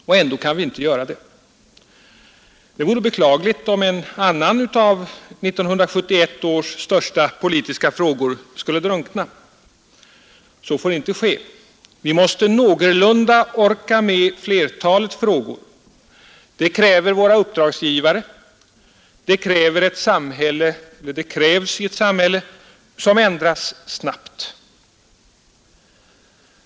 Och ändå kan vi inte göra det. Det vore beklagligt om en annan av 1971 års största politiska frågor skulle drunkna. Så får inte ske. Vi måste någorlunda orka med flertalet frågor. Det kräver våra uppdragsgivare. Det krävs i ett samhälle som ändras snabbt.